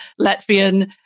Latvian